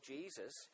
Jesus